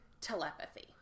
telepathy